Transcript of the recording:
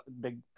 big